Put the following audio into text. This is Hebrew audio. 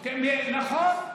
נכון.